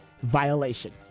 violation